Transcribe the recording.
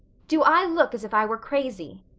do i look as if i were crazy?